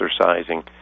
exercising